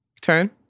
Turn